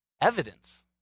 Evidence